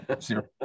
zero